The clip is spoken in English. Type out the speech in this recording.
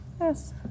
Yes